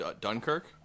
Dunkirk